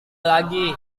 lagi